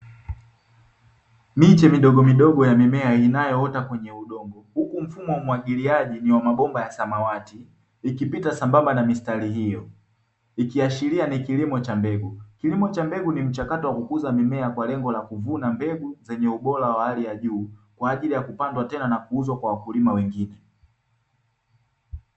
Miche midogomidogo ya mimea inayoota kwenye udongo huku mfumo wa umwagiliaji ni wa mabomba ya samawati ikipita sambamba na mistari hiyo, ikiashiria ni kilimo cha mbegu. Kilimo cha mbegu ni mchakato wa kujuza mimea kwa lengo la kuvuna mbegu zenye ubora wa hali ya juu kwa ajili ya kupandwa tena na kuuzwa kwa wakulima wengine.